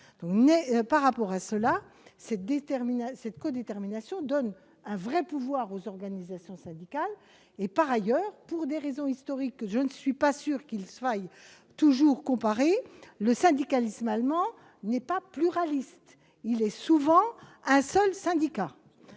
pas cogérée. Cette codétermination donne en tout cas un vrai pouvoir aux organisations syndicales. Par ailleurs, pour des raisons historiques- je ne suis pas sûre qu'il faille toujours comparer -, le syndicalisme allemand n'est pas pluraliste. Il n'existe souvent qu'un seul syndicat